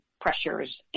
pressures